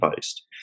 based